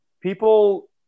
people